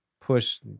push